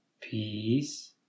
Peace